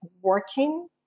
working